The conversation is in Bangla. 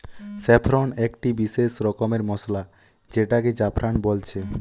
স্যাফরন একটি বিসেস রকমের মসলা যেটাকে জাফরান বলছে